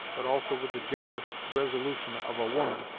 but also with the generous resolution of a woman,